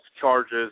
charges